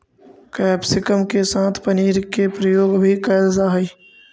capsicum के साथ पनीर के प्रयोग भी कैल जा हइ